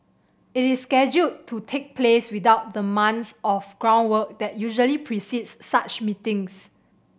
it is scheduled to take place without the months of groundwork that usually precedes such meetings